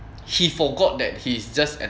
he forgot that he is just an